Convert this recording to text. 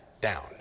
down